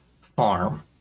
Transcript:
farm